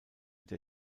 der